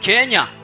Kenya